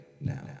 now